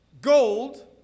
Gold